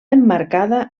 emmarcada